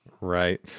Right